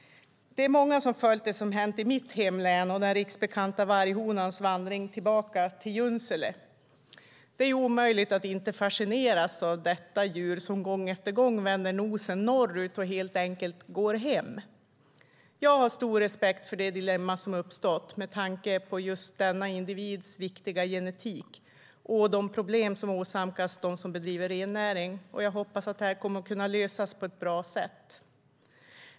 Det är många som följt det som hänt i mitt hemlän och den riksbekanta varghonans vandring tillbaka till Junsele. Det är omöjligt att inte fascineras av detta djur som gång efter gång vänder nosen norrut och helt enkelt går hem. Jag har stor respekt för det dilemma som uppstått med tanke på just denna individs viktiga genetik och de problem som åsamkas de som bedriver rennäring. Jag hoppas att det här kommer att kunna lösas på ett bra sätt.